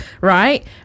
right